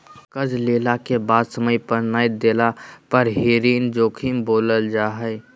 कर्जा लेला के बाद समय पर नय देला पर ही ऋण जोखिम बोलल जा हइ